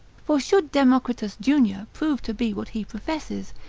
for, should democritus junior prove to be what he professes,